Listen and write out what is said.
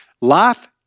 Life